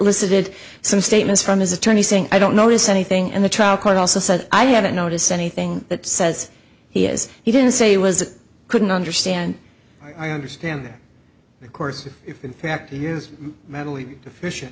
listed some statements from his attorney saying i don't notice anything in the trial court also said i haven't noticed anything that says he is he didn't say he was couldn't understand i understand there of course if in fact here is mentally deficient